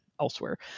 elsewhere